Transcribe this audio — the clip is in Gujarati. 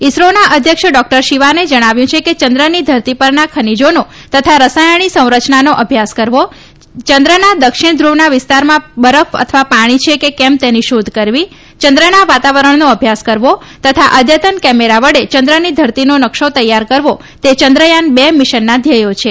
ઈસરોના અધ્યક્ષ ડોક્ટર શિવાને જણાવ્યું છે કે ચંદ્રની ધરતી પરના ખનીજાનો તથા રાસાયણી સંરચનાનો અભ્યાસ કરવો ચંદ્રના દક્ષિણ ધૂવના વિસ્તારમાં પાણી અથવા બરફ છે કે કેમ તેની શોધ કરવી ચંદ્રના વાતાવરણનો અભ્યાસ કરવો તથા અદ્યતન કેમેરા વડે ચંદ્રની ધરતીનો નકસો તૈયાર કરાયો તે ચંદ્રથાન બે મીશનના ધ્યેયો છે